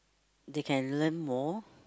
they can learn more